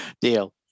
deal